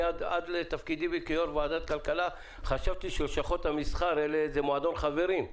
עד לתפקידי כיו"ר ועדת הכלכלה חשבתי שלשכות המסחר זה מועדון חברים.